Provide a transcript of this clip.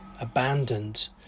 abandoned